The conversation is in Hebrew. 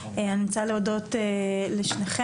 אני רוצה להודות לשניכם,